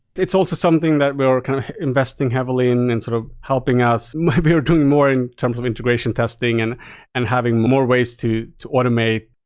it's also something that we are kind of investing heavily in and sort of helping us. maybe we're doing more in terms of integration testing and and having more ways to to automate.